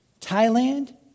Thailand